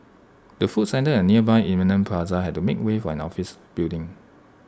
the food centre and nearby Eminent plaza had to make way for an office building